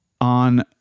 on